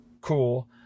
Cool